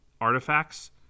artifacts